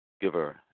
giver